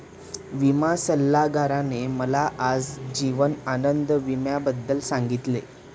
विमा सल्लागाराने मला आज जीवन आनंद विम्याबद्दल सांगितले